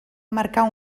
marcar